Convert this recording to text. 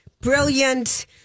brilliant